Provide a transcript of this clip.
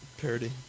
parody